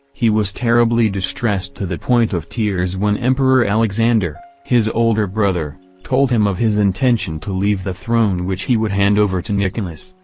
he was terribly distressed to the point of tears when emperor alexander, his older brother, told him of his intention to leave the throne which he would hand over to nicholas,